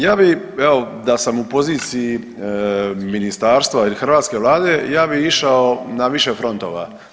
Ja bi evo da sam u poziciji ministarstva ili hrvatske vlade ja bi išao na više frontova.